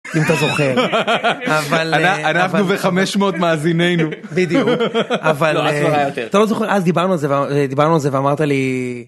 אם אתה זוכר אבל.. אנחנו וחמש מאות מאזיננו , אז כבר היה יותר, אז דיברנו על זה ואמרת לי.